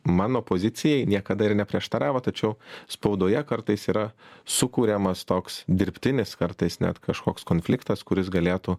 mano pozicijai niekada ir neprieštaravo tačiau spaudoje kartais yra sukuriamas toks dirbtinis kartais net kažkoks konfliktas kuris galėtų